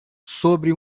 sobre